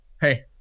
hey